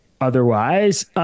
otherwise